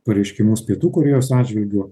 pareiškimus pietų korėjos atžvilgiu